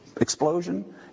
Explosion